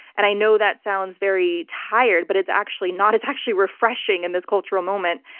and i know that sounds very tired, but it's actually not. it's actually refreshing in this cultural moment.